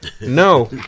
No